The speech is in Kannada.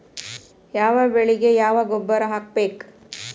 ಯಾವ ಬೆಳಿಗೆ ಯಾವ ಗೊಬ್ಬರ ಹಾಕ್ಬೇಕ್?